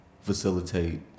facilitate